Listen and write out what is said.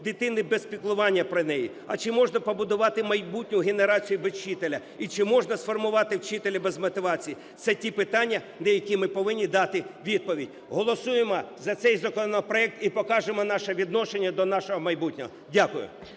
дитини без піклування про неї? А чи можна побудувати майбутню генерацію без вчителя? І чи можна сформувати вчителя без мотивації? Це ті питання, на які ми повинні дати відповідь. Голосуємо за цей законопроект і покажемо наше відношення до нашого майбутнього. Дякую.